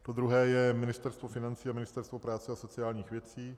To druhé je Ministerstvo financí a Ministerstvo práce a sociálních věcí.